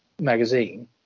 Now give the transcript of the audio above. magazine